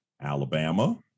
Alabama